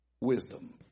wisdom